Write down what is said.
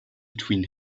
between